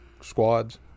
squads